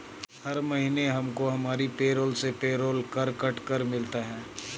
हर महीने हमको हमारी पेरोल से पेरोल कर कट कर मिलता है